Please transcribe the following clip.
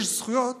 יש זכויות